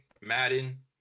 madden